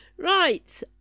right